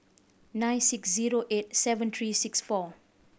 nine six zero eight seven three six four